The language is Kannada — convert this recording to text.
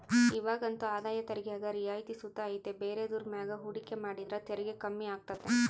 ಇವಾಗಂತೂ ಆದಾಯ ತೆರಿಗ್ಯಾಗ ರಿಯಾಯಿತಿ ಸುತ ಐತೆ ಬೇರೆದುರ್ ಮ್ಯಾಗ ಹೂಡಿಕೆ ಮಾಡಿದ್ರ ತೆರಿಗೆ ಕಮ್ಮಿ ಆಗ್ತತೆ